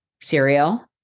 cereal